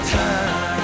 time